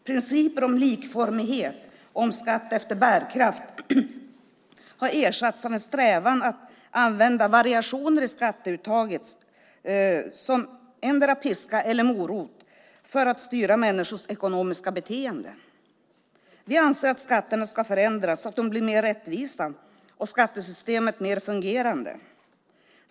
Principer om likformighet och skatt efter bärkraft har ersatts av en strävan efter att använda variationer i skatteuttaget som endera piska eller morot för att styra människors ekonomiska beteende. Vi anser att skatterna ska förändras så att de blir mer rättvisa och så att skattesystemet blir mer fungerande.